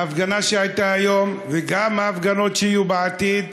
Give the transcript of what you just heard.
ההפגנה שהייתה היום, וגם ההפגנות שיהיו בעתיד,